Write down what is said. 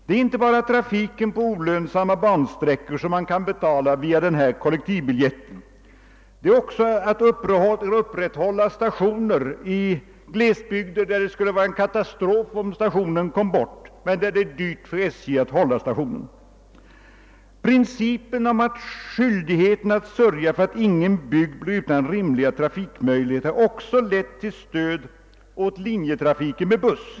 Det är inte bara trafiken på olönsamma ban sträckor man kan betala via kollektivbiljett utan också upprätthållandet av stationer i vissa glesbygder, där det innebär en katastrof om stationen kommer bort men där det är dyrt för SJ att ha den kvar. Principen om skyldighet att sörja för att ingen bygd blir utan rimliga trafikmöjligheter har också lett till stöd åt linjetrafiken med buss.